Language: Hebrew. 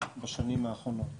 בשנים האחרונות